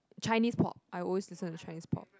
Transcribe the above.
Chinese pop I always listen to Chinese pop